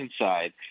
inside